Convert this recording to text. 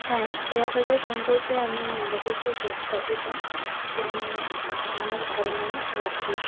হ্যাঁ শেয়ার বাজার সম্পর্কে আমি যথেষ্ট সচেতন এবং সম্যক ধারণাও রাখি